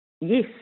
Yes